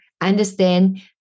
understand